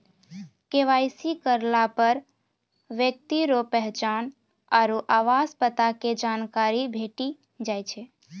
KYC करलापर ब्यक्ति रो पहचान आरु आवास पता के जानकारी भेटी जाय छै